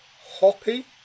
Hoppy